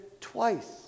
twice